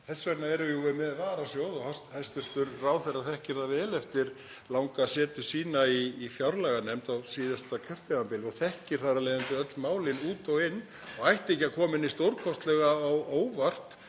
Þess vegna erum við jú með varasjóð. Hæstv. ráðherra þekkir það vel eftir langa setu sína í fjárlaganefnd á síðasta kjörtímabili og þekkir þar af leiðandi öll málin út og inn og það ætti ekki að koma henni stórkostlega á óvart